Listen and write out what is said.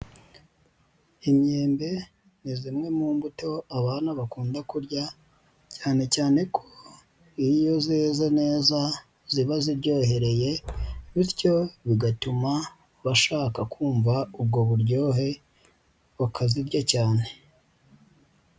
Imyembe ni zimwe mu mbuto abana bakunda kurya, cyane cyane ko iyo zeze neza ziba ziryohereye bityo bigatuma bashaka kumva ubwo buryohe bukazirya cyane.